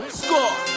score